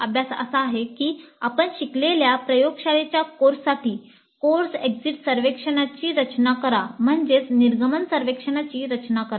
अभ्यास आपण शिकवलेल्या प्रयोगशाळेच्या कोर्ससाठी कोर्स निर्गमन सर्वेक्षणाची रचना करा